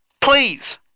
please